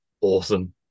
Awesome